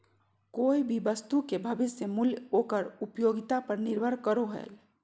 कोय भी वस्तु के भविष्य मूल्य ओकर उपयोगिता पर निर्भर करो हय